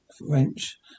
wrench